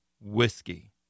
Whiskey